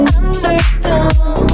understood